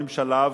הממשלה,